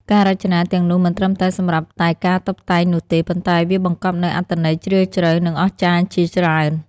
ការរចនាទាំងនោះមិនត្រឹមតែសម្រាប់តែការតុបតែងនោះទេ ប៉ុន្តែវាបង្កប់នូវអត្ថន័យជ្រាលជ្រៅនិងអស្ចារ្យជាច្រើន។